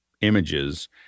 images